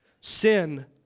Sin